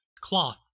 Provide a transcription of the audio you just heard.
cloth